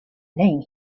name